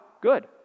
Good